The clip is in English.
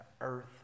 earth